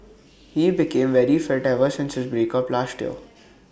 he became very fit ever since his break up last year